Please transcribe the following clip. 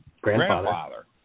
grandfather